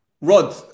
Rod